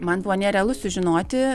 man buvo nerealu sužinoti